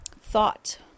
thought